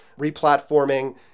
replatforming